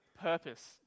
purpose